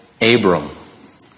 Abram